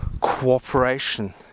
cooperation